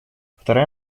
вторая